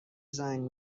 زنگ